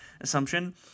assumption